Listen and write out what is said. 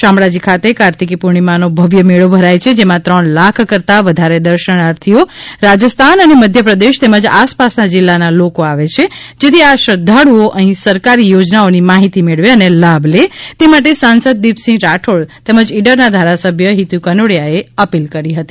શામળાજી ખાતે કાર્તિકી પૂર્ણિમાનો ભવ્ય મેળો ભરાય છે જેમાં ત્રણ લાખ કરતા વધારે દર્શનાર્થીઓ રાજસ્થાન અને મધ્ય પ્રદેશ તેમજ આસપાસના જિલ્લાના લોકો આવે છે જેથી આ શ્રદ્ધાળુઓ અહીં સરકારી યોજનાઓની માહિતી મેળવે અને લાભ લે તે માટે સાંસદ દીપસિંહ રાઠોડ તેમજ ઇડરના ધારાસભ્ય હિતુ કનોડિયાએ અપીલ કરી હતી